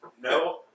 No